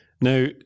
Now